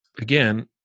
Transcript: again